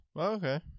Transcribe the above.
Okay